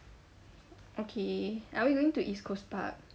okay are we going to East Coast Park